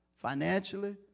Financially